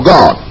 God